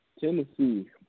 Tennessee